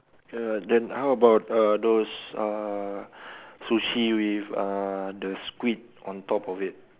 ah then how about uh those uh sushi with uh the squid on top of it